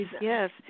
yes